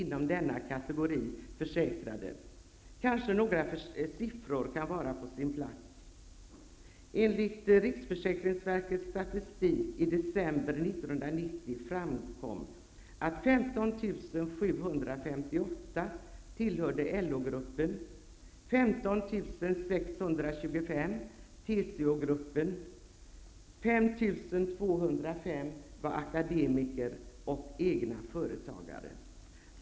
Några siffror kunde kanske vara på sin plats. Enligt riksförsäkringsverkets statistik i december 1990 tillhörde TCO-gruppen och 5 205 var akademiker och egna företagare.